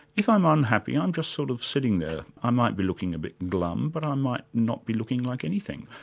if i'm unhappy, i'm just sort of sitting there. i might be looking a bit glum, but i might not be looking like anything.